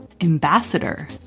ambassador